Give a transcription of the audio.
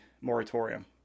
moratorium